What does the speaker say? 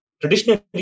Traditionally